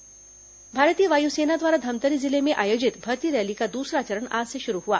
वायुसेना भर्ती रैली भारतीय वायुसेना द्वारा धमतरी जिले में आयोजित भर्ती रैली का दूसरा चरण आज से शुरू हुआ